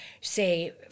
say